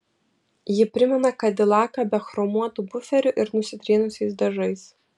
ji primena kadilaką be chromuotų buferių ir nusitrynusiais dažais